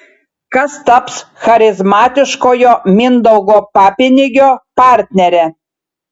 kas taps charizmatiškojo mindaugo papinigio partnere